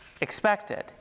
expected